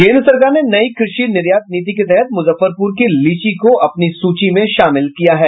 केन्द्र सरकार ने नयी कृषि निर्यात नीति के तहत मूजफ्फरपूर की लीची को अपनी सूची में शामिल किया है